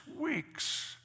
weeks